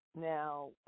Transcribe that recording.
Now